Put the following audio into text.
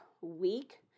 week